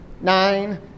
nine